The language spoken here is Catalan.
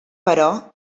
però